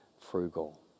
frugal